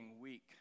weak